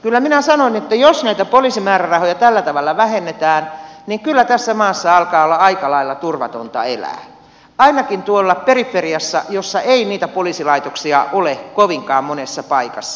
kyllä minä sanon että jos näitä poliisin määrärahoja tällä tavalla vähennetään niin kyllä tässä maassa alkaa olla aika lailla turvatonta elää ainakin tuolla periferiassa jossa ei niitä poliisilaitoksia ole kovinkaan monessa paikassa